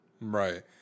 right